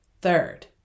Third